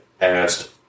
asked